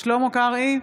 שלמה קרעי,